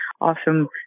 awesome